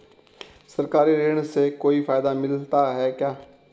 सरकारी ऋण से कोई फायदा मिलता है क्या?